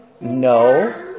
No